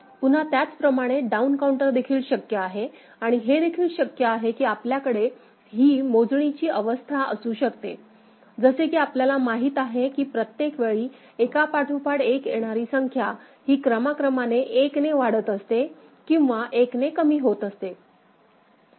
पुन्हा त्याचप्रमाणे down counter देखील शक्य आहे आणि हे देखील शक्य आहे की आपल्याकडे मोजणीच्या ह्या अवस्था असू शकतात जसे की आपल्याला माहित आहे की प्रत्येक वेळी एकापाठोपाठ एक येणारी संख्या ही क्रमाक्रमाने एक ने वाढत असते किंवा एक ने कमी होत असते